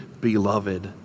beloved